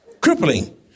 crippling